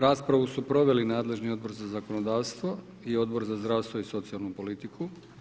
Raspravu su proveli nadležni Odbor za zakonodavstvo i Odbor za zdravstvo i socijalnu politiku.